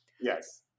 Yes